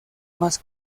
más